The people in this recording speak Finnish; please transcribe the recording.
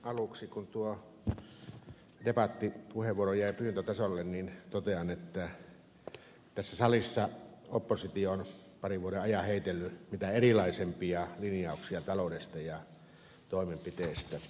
aluksi kun tuo debattipuheenvuoroni jäi pyyntötasolle niin totean että tässä salissa oppositio on parin vuoden ajan heitellyt mitä erilaisempia linjauksia taloudesta ja toimenpiteistä